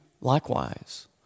likewise